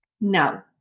No